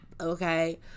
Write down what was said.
okay